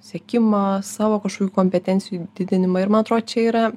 siekimą savo kažkokių kompetencijų didinimą ir ma atro čia yra